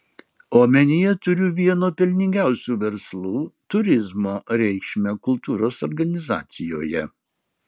omenyje turiu vieno pelningiausių verslų turizmo reikšmę kultūros organizacijoje